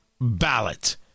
ballot